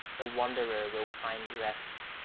the wanderer will find rest.